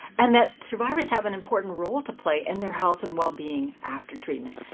and that survivors have an important role to play in their health and well-being after treatment.